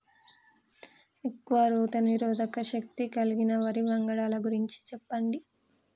ఎక్కువ రోగనిరోధక శక్తి కలిగిన వరి వంగడాల గురించి చెప్పండి?